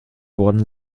worden